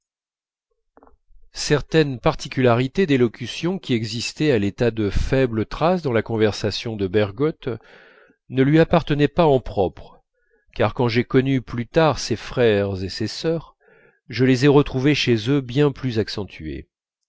certaines particularités d'élocution qui existaient à l'état de faibles traces dans la conversation de bergotte ne lui appartenaient pas en propre car quand j'ai connu plus tard ses frères et ses sœurs je les ai retrouvées chez eux bien plus accentuées